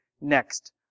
next